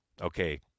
okay